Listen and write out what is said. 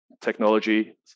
technology